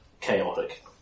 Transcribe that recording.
chaotic